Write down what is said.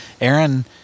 Aaron